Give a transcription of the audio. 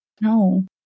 no